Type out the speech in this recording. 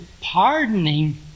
pardoning